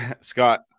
Scott